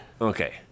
Okay